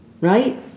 right